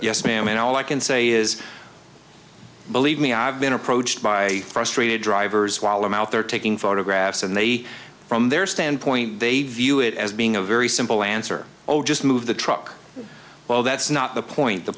yes ma'am and all i can say is believe me i've been approached by frustrated drivers while i'm out there taking photographs and they from their standpoint they view it as being a very simple answer or just move the truck well that's not the point the